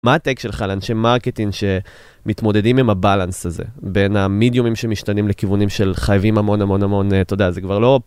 מה הטק שלך לאנשי מרקטינג שמתמודדים עם הבלנס הזה, בין המידיומים שמשתנים לכיוונים של חייבים המון המון המון תודה, זה כבר לא...